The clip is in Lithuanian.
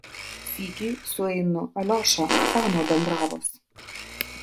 sykį sueinu aliošą tą nuo dambravos